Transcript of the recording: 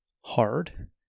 hard